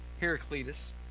Heraclitus